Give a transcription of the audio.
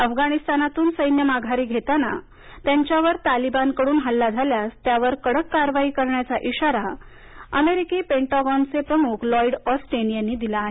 अफगाणिस्तानातून सैन्य माघारी घेताना त्यांच्यावर तलिबानकडून हल्ला झाल्यास त्यावर कडक कारवाई करण्याचा इशारा अमेरिकी पेंटागॉनचे प्रमुख लॉईड ऑस्टीन यांनी दिला आहे